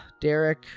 Derek